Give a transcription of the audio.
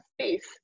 space